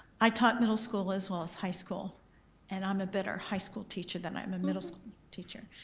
i taught middle school as well as high school and i'm a better high school teacher than i am a middle school teacher.